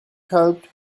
helped